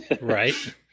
Right